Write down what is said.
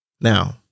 Now